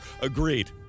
Agreed